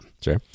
Sure